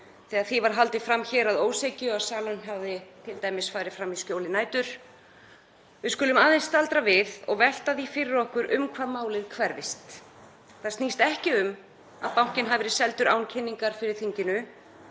þegar því var t.d. haldið fram hér að ósekju að salan hefði farið fram í skjóli nætur. Við skulum aðeins staldra við og velta því fyrir okkur um hvað málið hverfist. Það snýst ekki um að bankinn hafi verið seldur án kynningar fyrir þinginu,